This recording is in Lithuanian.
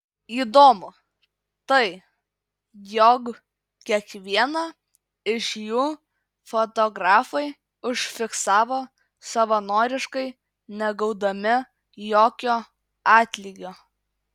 įdomu tai jog kiekvieną iš jų fotografai užfiksavo savanoriškai negaudami jokio atlygio